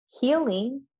healing